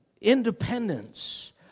independence